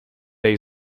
day